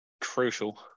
crucial